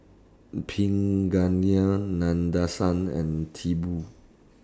Pingali Nadesan and Tipu